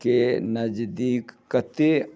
के नजदीक कतेक